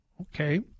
Okay